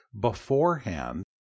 beforehand